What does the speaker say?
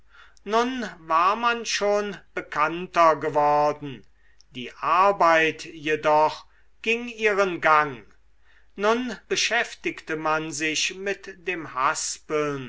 nun war man schon bekannter geworden die arbeit jedoch ging ihren gang nun beschäftigte man sich mit dem haspeln